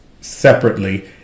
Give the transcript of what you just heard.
separately